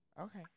Okay